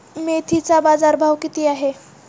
मेथीचा बाजारभाव किती आहे?